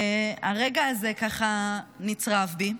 והרגע הזה ככה נצרב בי.